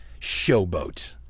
showboat